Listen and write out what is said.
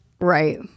Right